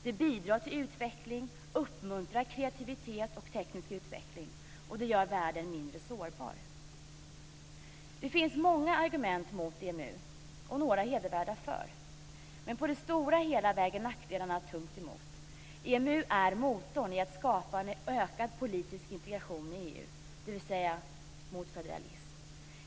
Det bidrar till utveckling, uppmuntrar kreativitet och teknisk utveckling och gör världen mindre sårbar. Det finns många argument mot EMU och några hedervärda för. Men på det stora hela väger nackdelarna tungt emot. EMU är motorn i skapandet av en ökad politisk integration i EU, dvs. en väg mot federalism.